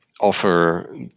offer